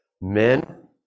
men